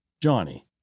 Johnny